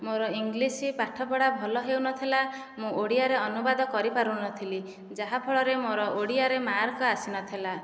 ମୋର ଇଂଲିଶ ପାଠପଢା ଭଲ ହେଉନଥିଲା ମୁଁ ଓଡ଼ିଆରେ ଅନୁବାଦ କରିପାରୁନଥିଲି ଯାହାଫଳରେ ମୋର ଓଡ଼ିଆରେ ମାର୍କ ଆସୁନଥିଲା